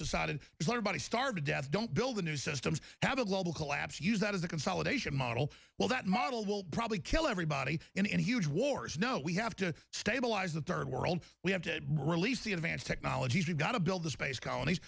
body starve to death don't build a new systems have a global collapse use that as a consolidation model well that model will probably kill everybody and huge wars now we have to stabilize the third world we have to release the advanced technologies we've got to build the space colonies